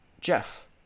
jeff